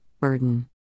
burden